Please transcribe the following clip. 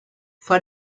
fue